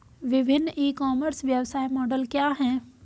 विभिन्न e commerce व्यवसाय model क्या हैं?